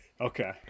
Okay